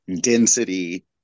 density